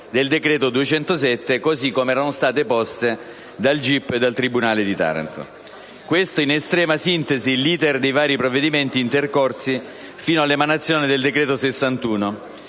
del 2012, così come erano state poste dal GIP e dal tribunale di Taranto. Questo, in estrema sintesi, è l*'iter* dei vari provvedimenti intercorsi fino all'emanazione del decreto n.